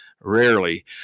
rarely